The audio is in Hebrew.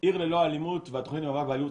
עיר ללא אלימות והתכנית למלחמה באלימות,